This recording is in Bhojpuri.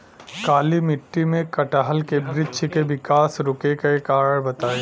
काली मिट्टी में कटहल के बृच्छ के विकास रुके के कारण बताई?